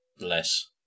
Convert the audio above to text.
less